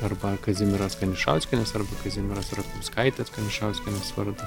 arba kazimieros kanišauskienės arba kazimieros rutkauskaitės kanišauskienės vardu